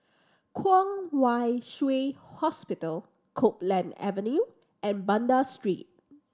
Kwong Wai Shiu Hospital Copeland Avenue and Banda Street